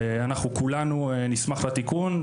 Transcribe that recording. ואנחנו כולנו נשמח לתיקון,